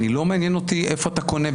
לא מעניין אותי איפה אתה קונה,